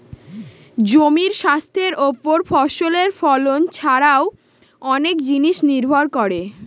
জমির স্বাস্থ্যের ওপর ফসলের ফলন ছারাও অনেক জিনিস নির্ভর করে